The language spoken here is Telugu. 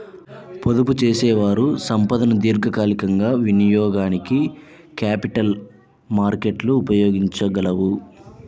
పొదుపుచేసేవారి సంపదను దీర్ఘకాలికంగా వినియోగానికి క్యాపిటల్ మార్కెట్లు ఉపయోగించగలవు